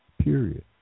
period